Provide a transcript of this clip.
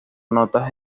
notas